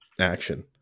action